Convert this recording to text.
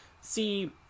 See